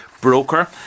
Broker